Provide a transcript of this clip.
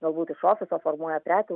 galbūt iš ofiso formuoja prekių